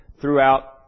throughout